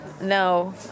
no